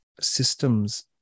systems